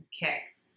kicked